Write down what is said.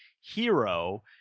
Hero